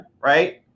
right